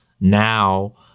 now